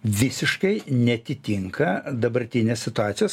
visiškai neatitinka dabartinės situacijos